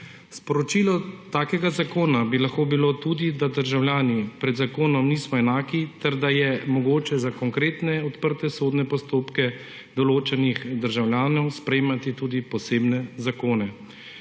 Sporočilo takega zakona bi lahko bilo tudi, da državljani pred zakonom nismo enaki ter da je mogoče za konkretne odprte sodne postopke določenih državljanov sprejemati tudi posebne zakone. Posebej